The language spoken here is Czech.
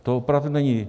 To opravdu není.